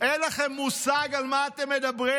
אין לכם מושג על מה אתם מדברים.